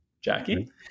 Jackie